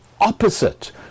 opposite